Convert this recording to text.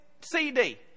CD